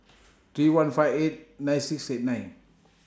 three one five eight nine six eight nine